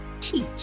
teach